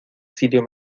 sitio